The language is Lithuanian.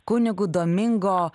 kunigu domingo